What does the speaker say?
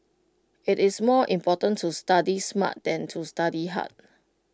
IT is more important to study smart than to study hard